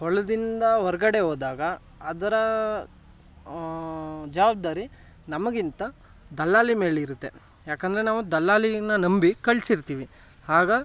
ಹೊಲದಿಂದ ಹೊರ್ಗಡೆ ಹೋದಾಗ ಅದರ ಜವಾಬ್ದಾರಿ ನಮಗಿಂತ ದಲ್ಲಾಳಿ ಮೇಲಿರುತ್ತೆ ಯಾಕೆಂದ್ರೆ ನಾವು ದಲ್ಲಾಳಿನ ನಂಬಿ ಕಳ್ಸಿರ್ತೀವಿ ಆಗ